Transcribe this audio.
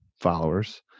followers